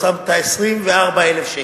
שמת 24,000 שקל.